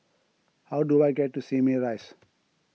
how do I get to Simei Rise